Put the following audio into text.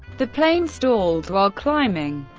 the plane stalled while climbing,